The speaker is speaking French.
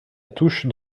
touche